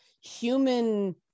human